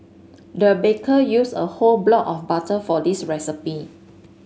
the baker used a whole block of butter for this recipe